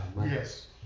Yes